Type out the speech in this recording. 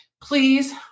Please